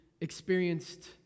experienced